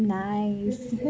nice